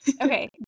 okay